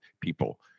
people